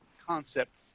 concept